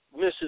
Mrs